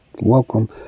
Welcome